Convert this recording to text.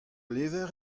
levr